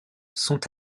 sont